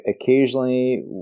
occasionally